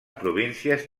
províncies